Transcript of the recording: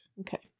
Okay